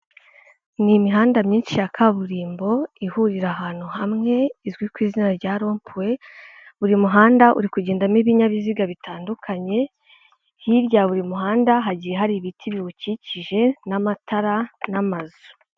Ni imihanda myinshi ya kaburimbo, ihurira ahantu hamwe, izwi ku izina rya rompuwe, buri muhanda uri kugendamo ibinyabiziga bitandukanye, hirya buri muhanda hagiye hari ibiti biwukikije n'amatara n'amazu.